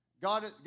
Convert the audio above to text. God